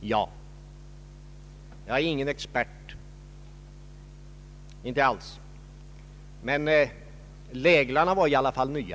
Ja, jag är ingen expert, men läglarna var i alla fall nya.